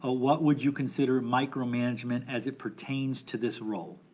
ah what would you consider micromanagement as it pertains to this role?